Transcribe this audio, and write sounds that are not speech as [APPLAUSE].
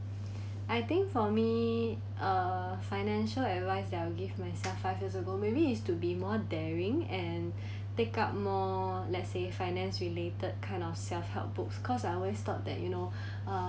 I think for me uh financial advice that I will give myself five years ago maybe is to be more daring and [BREATH] take up more let's say finance related kind of self-help books cause I always thought that you know